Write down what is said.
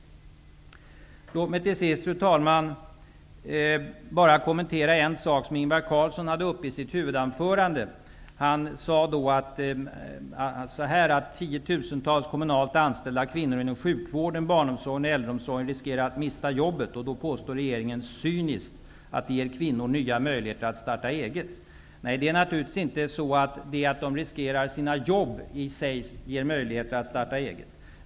Fru talman! Låt mig till sist kommentera en sak som Ingvar Carlsson tog upp i sitt huvudanförande. Han sade att tiotusentals kommunalt anställda kvinnor inom sjukvården, barnomsorgen och äldreomsorgen riskerar att mista jobbet. Vidare sade han att regeringen cyniskt påstår att det ger kvinnor nya möjligheter att starta eget. Det är naturligtvis inte så att detta att de riskerar sina jobb i sig, ger möjligheter att starta eget.